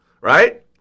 right